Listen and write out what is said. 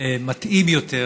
מתאים יותר